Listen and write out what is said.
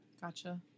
Gotcha